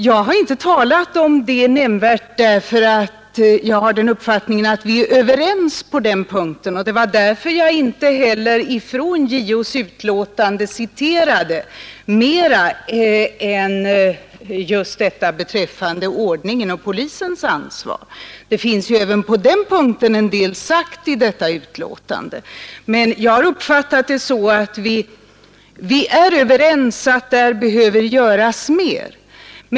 Jag har inte talat om den nämnvärt därför att jag har den uppfattningen att vi är överens på den punkten. Det var därför jag inte heller ur JO:s yttrande citerade mer än just det som rör ordningen och polisens ansvar. Det finns ju även på den punkten en del sagt i JO:s yttrande, men jag har uppfattat det så att vi är överens om att där behöver göras mer.